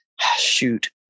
shoot